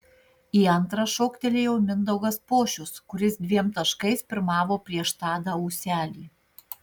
į antrą šoktelėjo mindaugas pošius kuris dviem taškais pirmavo prieš tadą ūselį